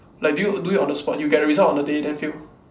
like do you do it on the spot you get the result on the day then fail